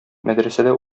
мәдрәсәдә